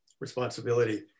responsibility